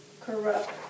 corrupt